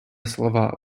слова